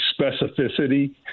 specificity